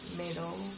middle